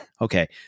okay